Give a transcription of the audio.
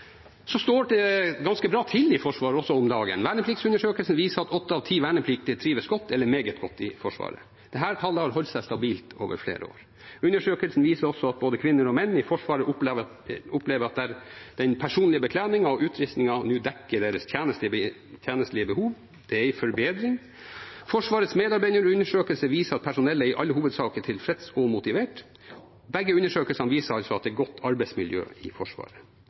Så står det også ganske bra til i Forsvaret om dagen. Vernepliktundersøkelsen viser at åtte av ti vernepliktige trives godt eller meget godt i Forsvaret. Dette tallet har holdt seg stabilt over flere år. Undersøkelsen viser også at både kvinner og menn i Forsvaret opplever at den personlige bekledningen og utrustningen nå dekker deres tjenstlige behov. Det er en forbedring. Forsvarets medarbeiderundersøkelse viser at personellet i all hovedsak er tilfreds og motivert. Begge undersøkelsene viser altså at det er godt arbeidsmiljø i Forsvaret.